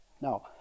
Now